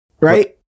Right